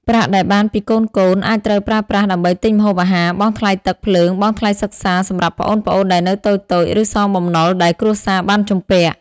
ប្រាក់ដែលបានពីកូនៗអាចត្រូវប្រើប្រាស់ដើម្បីទិញម្ហូបអាហារ បង់ថ្លៃទឹក ភ្លើង បង់ថ្លៃសិក្សាសម្រាប់ប្អូនៗដែលនៅតូចៗ ឬសងបំណុលដែលគ្រួសារបានជំពាក់។